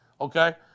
Okay